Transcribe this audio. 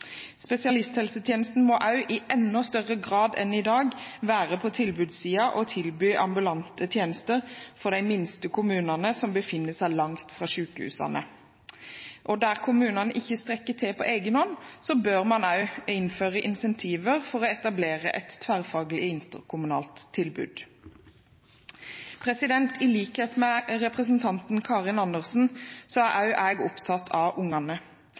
Spesialisthelsetjenesten må også i enda større grad enn i dag være på tilbudssiden og tilby ambulante tjenester for de minste kommunene som befinner seg langt fra sykehusene. Der kommunene ikke strekker til på egen hånd, bør man innføre incentiver for å etablere et tverrfaglig interkommunalt tilbud. I likhet med representanten Karin Andersen er også jeg opptatt av ungene.